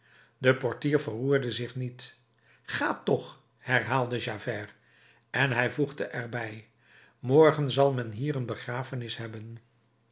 de portier verroerde zich niet ga toch herhaalde javert en hij voegde er bij morgen zal men hier een begrafenis hebben